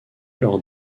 lors